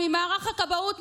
ממערך הכבאות,